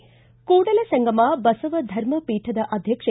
ಿ ಕೂಡಲಸಂಗಮ ಬಸವ ಧರ್ಮ ಪೀಠದ ಅಧ್ಯಕ್ಷೆ